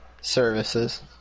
Services